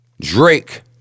Drake